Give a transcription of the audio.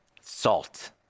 salt